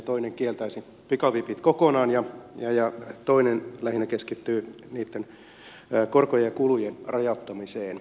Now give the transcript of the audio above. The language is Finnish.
toinen kieltäisi pikavipit kokonaan ja toinen lähinnä keskittyy niitten korkojen ja kulujen rajoittamiseen